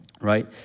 right